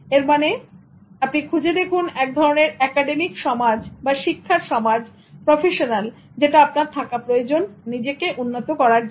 এর মানে আপনি খুঁজে দেখুন এক ধরনের একাডেমিক সমাজ বা শিক্ষার সমাজ প্রফেশনাল যেটা আপনার থাকা প্রয়োজন নিজেকে উন্নত করার জন্য